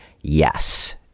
yes